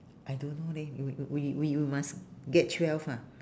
I don't know leh we we we we must get twelve ha